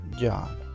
John